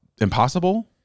impossible